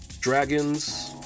Dragons